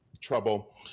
trouble